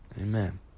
Amen